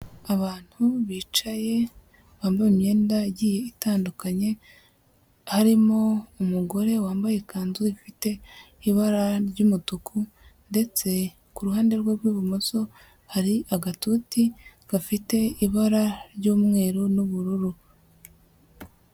Abantu bicaye bambaye imyenda igiye itandukanye, harimo umugore wambaye ikanzu ifite ibara ry'umutuku ndetse ku ruhande rwe rw'ibumoso, hari agatuti gafite ibara ry'umweru n'ubururu.